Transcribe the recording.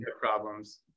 problems